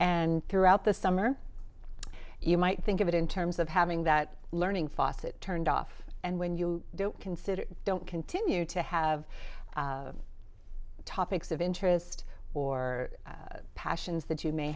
and throughout the summer you might think of it in terms of having that learning faucet turned off and when you don't consider don't continue to have topics of interest or passions that you may